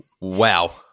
Wow